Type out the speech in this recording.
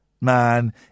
man